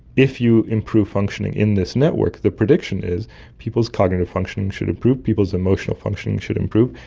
if you improve functioning in this network, the prediction is people's cognitive function should improve, people's emotional functioning should improve,